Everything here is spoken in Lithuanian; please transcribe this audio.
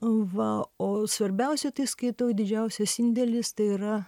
va o svarbiausia tai skaitau didžiausias indėlis tai yra